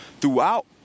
throughout